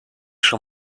schon